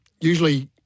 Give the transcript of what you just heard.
usually